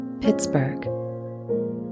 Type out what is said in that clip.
Pittsburgh